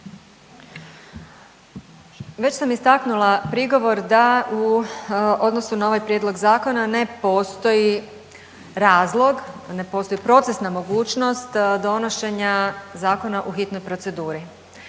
Već sam istaknula prigovor da u odnosu na ovaj prijedlog zakona ne postoji razlog, ne postoji procesna mogućnost donošenja zakona u hitnoj proceduri.